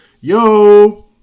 Yo